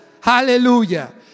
Hallelujah